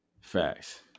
Facts